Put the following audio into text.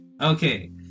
okay